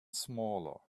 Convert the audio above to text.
smaller